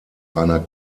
einer